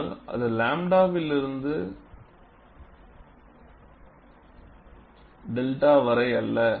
ஆனால் அது 𝚫விலிருந்து 𝝺 வரை அல்ல